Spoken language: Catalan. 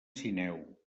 sineu